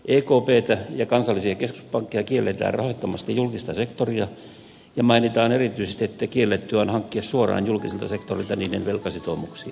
ekptä ja kansallisia keskuspankkeja kielletään rahoittamasta julkista sektoria ja mainitaan erityisesti että kiellettyä on hankkia suoraan julkiselta sektorilta niiden velkasitoumuksia